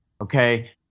Okay